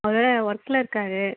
அவர் வேறு ஒர்க்கில் இருக்கார்